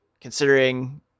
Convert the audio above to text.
considering